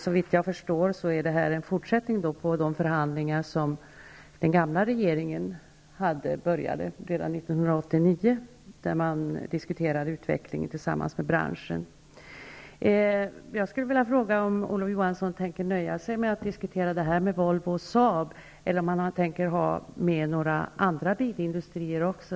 Såvitt jag förstår är detta en fortsättning på de förhandlingar som den gamla regeringen påbörjade redan 1989, då man diskuterade utvecklingen tillsammans med branschen. Jag skulle vilja fråga om Olof Johansson tänker nöja sig med att diskutera detta med Volvo och Saab, eller om han tänker diskutera detta även med andra bilindustrier.